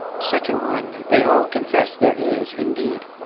such a one, they all confesse there is indeed,